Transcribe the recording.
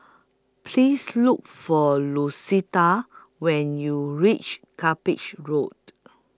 Please Look For Lucetta when YOU REACH Cuppage Road